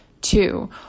Two